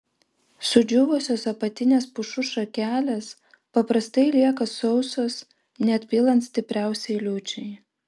sudžiūvusios apatinės pušų šakelės paprastai lieka sausos net pilant stipriausiai liūčiai